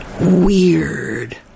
weird